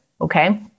okay